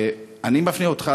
אני מפנה אותך,